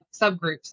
subgroups